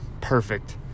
perfect